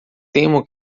temo